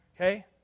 okay